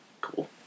Cool